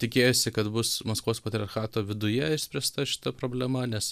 tikėjosi kad bus maskvos patriarchato viduje išspręsta šita problema nes